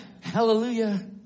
hallelujah